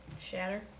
Shatter